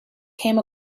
came